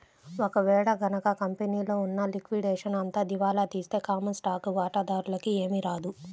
ఒక వేళ గనక కంపెనీలో ఉన్న లిక్విడేషన్ అంతా దివాలా తీస్తే కామన్ స్టాక్ వాటాదారులకి ఏమీ రాదు